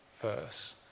verse